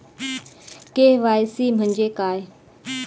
KYC म्हणजे काय?